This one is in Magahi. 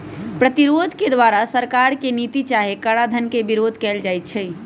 प्रतिरोध के द्वारा सरकार के नीति चाहे कराधान के विरोध कएल जाइ छइ